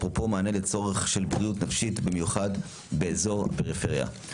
אפרופו מענה לצורך של בריאות נפשית - במיוחד באזור הפריפריה.